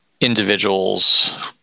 individuals